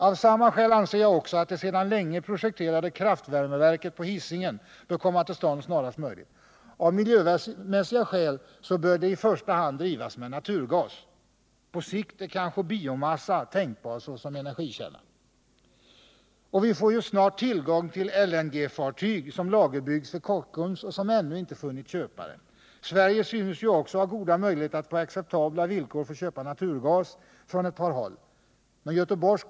Av samma skäl anser jag också att det sedan länge projekterade kraftvärmeverket på Hisingen bör komma till stånd snarast möjligt. Av miljömässiga skäl bör det i första hand drivas med naturgas. På sikt är kanske biomassa tänkbar såsom energikälla. Och vi får ju snart tillgång till LNG-fartyg, som lagerbyggs vid Kockums och som ännu inte funnit köpare. Sverige synes också ha goda möjligheter att på acceptabla villkor få köpa naturgas från ett par håll.